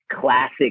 classic